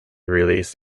released